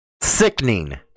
sickening